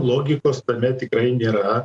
logikos tame tikrai nėra